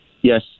Yes